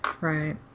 right